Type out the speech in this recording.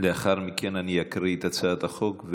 לאחר מכן אני אקריא את הצעת החוק,